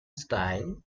style